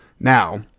now